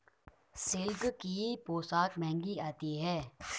silk की पोशाक महंगी आती है